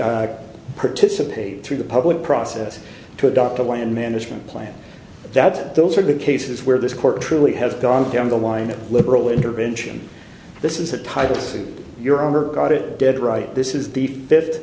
that participate through the public process to adopt a land management plan that those are the cases where this court truly has gone down the line of liberal intervention this is the title of your honor got it dead right this is the fifth